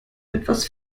etwas